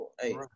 hey